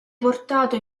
portato